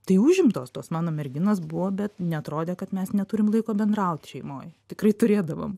tai užimtos tos mano merginos buvo bet neatrodė kad mes neturim laiko bendraut šeimoj tikrai turėdavom